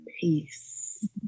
peace